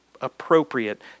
appropriate